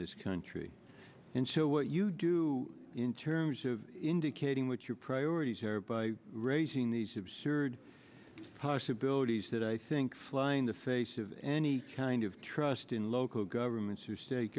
this country and so what you do in terms of indicating what your priorities are by raising these absurd possibilities that i think fly in the face of any kind of trust in local governments or state